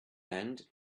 and